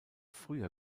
früher